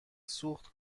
سوخت